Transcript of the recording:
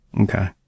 Okay